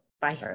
Bye